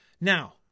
Now